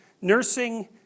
nursing